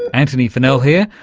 antony funnell here.